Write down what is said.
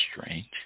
strange